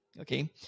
Okay